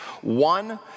One